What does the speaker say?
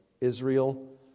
Israel